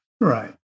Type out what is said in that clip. right